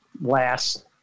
last